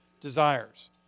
desires